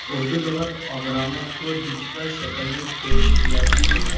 اردو لغط اگرامر کو ڈیجیٹل شکل میں پیش کیا جاوے